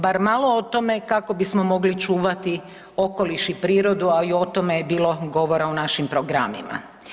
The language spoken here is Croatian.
Bar malo o tome kako bismo mogli čuvati okoliš i prirodu, a i o tome je bilo govora u našim programima.